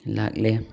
ꯂꯥꯛꯂꯦ